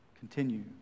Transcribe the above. continue